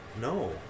No